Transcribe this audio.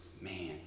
man